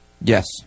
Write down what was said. Yes